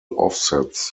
offsets